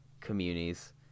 communities